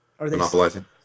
monopolizing